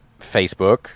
Facebook